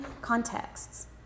contexts